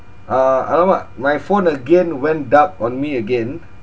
uh !alamak! my phone again went up on me again